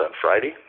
Friday